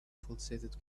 pulsated